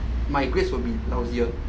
my grades would be lousier